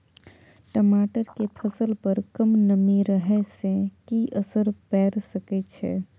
टमाटर के फसल पर कम नमी रहै से कि असर पैर सके छै?